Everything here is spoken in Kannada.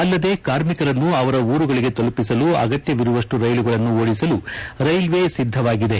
ಅಲ್ಲದೇ ಕಾರ್ಮಿಕರನ್ನು ಅವರ ಊರುಗಳಿಗೆ ತಲುಪಿಸಲು ಅಗತ್ತವಿರುವಷ್ಟು ರೈಲುಗಳನ್ನು ಓಡಿಸಲು ರೈಲ್ವೆ ಸಿದ್ಧವಾಗಿದೆ